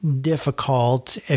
difficult